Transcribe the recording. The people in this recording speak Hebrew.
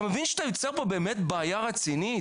אתה מבין שאתה יוצר פה באמת בעיה רצינית?